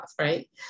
right